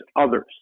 others